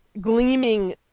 gleaming